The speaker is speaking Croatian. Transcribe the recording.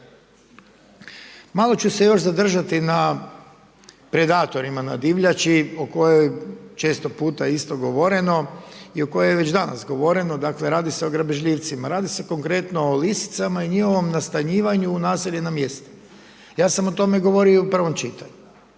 Malo ću se još zadržati na predatorima na divljači o kojoj je često puta isto govoreno i o kojoj je već danas govoreno, dakle radi se o grabežljivcima. Radi se konkretno o lisicama i njihovom nastanjivanju u naseljena mjesta. Ja sam o tome govorio i u prvom čitanju.